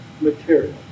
material